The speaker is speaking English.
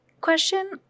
question